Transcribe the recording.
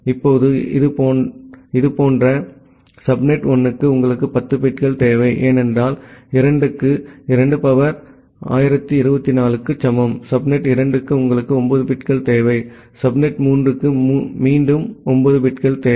இப்போது இதுபோன்றால் சப்நெட் 1 க்கு உங்களுக்கு 10 பிட்கள் தேவை ஏனென்றால் 2 க்கு 2 சக்தி 1024 க்கு சமம் சப்நெட் 2 க்கு உங்களுக்கு 9 பிட்கள் தேவை சப்நெட் 3 க்கு மீண்டும் 9 பிட்கள் தேவை